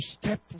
step